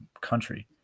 country